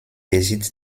besitz